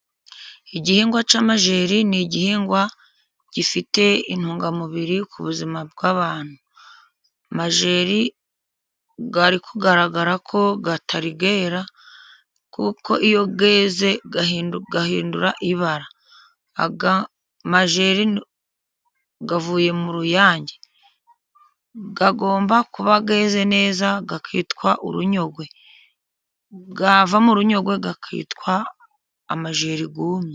Igihingwa cy'amajeri ni igihingwa gifite intungamubiri ku buzima bw'abantu. Amajeri ari kugaragara ko atarera kuko iyo yeze ahindura ibara. Aya majeri avuye mu ruyange agomba kuba yeze neza, akitwa urunyogwe, yava mu runyogwe akitwa amajeri yumye.